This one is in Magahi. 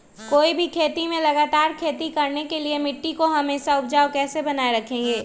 कोई भी खेत में लगातार खेती करने के लिए मिट्टी को हमेसा उपजाऊ कैसे बनाय रखेंगे?